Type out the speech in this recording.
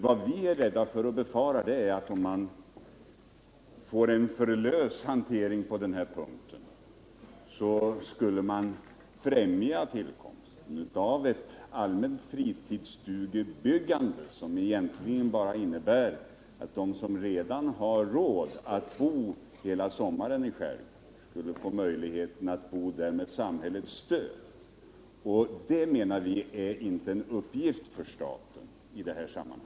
Vad vi befarar är att en alltför lös hantering på denna punkt skulle främja tillkomsten av ett allmänt fritidsstugebyggande, som egentligen bara innebär att de som redan har råd att bo hela sommaren i skärgården skulle få möjligheten att bo där med samhällets stöd, och det menar vi inte är en uppgift för staten i detta sammanhang.